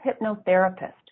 hypnotherapist